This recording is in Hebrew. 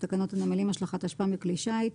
תקנות הנמלים (השלכת אשפה מכלי שיט),